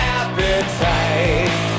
appetite